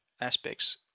aspects